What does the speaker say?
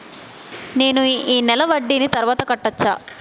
నేను ఈ నెల వడ్డీని తర్వాత కట్టచా?